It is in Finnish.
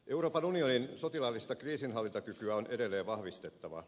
euroopan unionin sotilaallista kriisinhallintakykyä on edelleen vahvistettava